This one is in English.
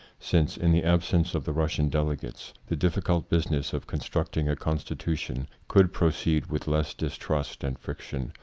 since, in the absence of the russian delegates, the difficult business of constructing a constitution could proceed with less distrust and friction,